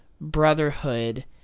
Brotherhood